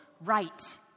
right